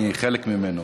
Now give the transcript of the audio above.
אני חלק ממנו.